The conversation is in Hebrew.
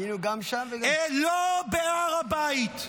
היינו גם שם וגם --- לא בהר הבית,